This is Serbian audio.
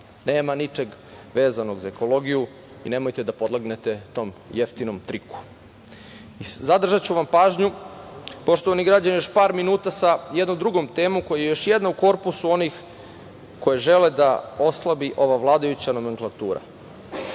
Nema ničeg vezanog za ekologiju i nemojte da podlegnete tom jeftinom triku. Zadržaću vam pažnju, poštovani građani, još par minuta sa jednom drugom temom, koja je još jedna u korpusu onih koji žele da oslabi ova vladajuća nomenklatura. Naime,